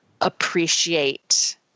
appreciate